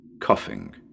coughing